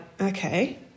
okay